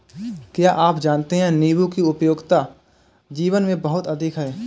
क्या आप जानते है नीबू की उपयोगिता जीवन में बहुत अधिक है